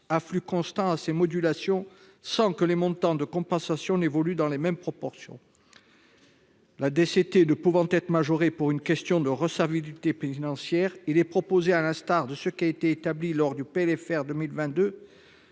au flux constant de ces modulations sans que les montants de compensation évoluent dans les mêmes proportions. La DCT ne pouvant être majorée pour une question de recevabilité financière, il est proposé, à l'instar de ce qui a été établi lors du PLFR pour